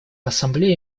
ассамблея